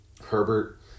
Herbert